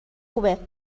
خوبه